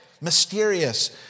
mysterious